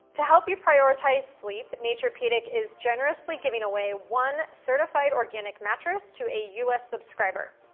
to help you prioritize sleep, naturepedic is generously giving away one certified organic mattress to a u s. subscriber.